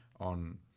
on